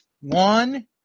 One